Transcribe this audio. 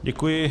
Děkuji.